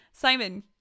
Simon